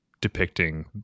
depicting